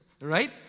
Right